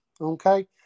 Okay